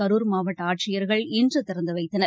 க்குர் மாவட்டஆட்சியர்கள் இன்றதிறந்துவைத்தனர்